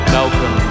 Malcolm